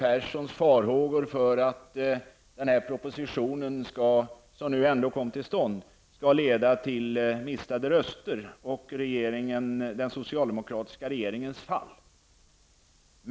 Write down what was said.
Vi skulle alltså inte beklaga om den här propositionen -- som trots allt kom till stånd -- skulle leda till att socialdemokraterna förlorade röster i valet och till den socialdemokratiska regeringens fall.